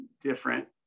different